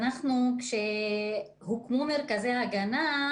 כשהוקמו מרכזי ההגנה,